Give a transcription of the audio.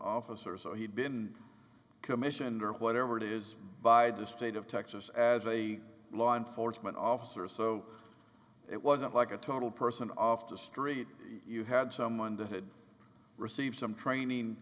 officer so he'd been commissioned or whatever it is by the state of texas as a law enforcement officer so it wasn't like a total person off the street you had someone the hood received some training